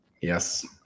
Yes